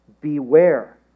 Beware